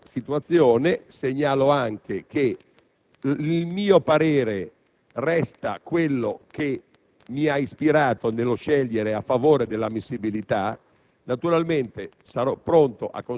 Segnalo questa situazione ed anche che il mio parere resta quello che mi ha ispirato nello scegliere a favore dell'ammissibilità.